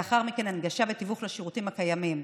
ולאחר מכן, הנגשה ותיווך לשירותים הקיימים.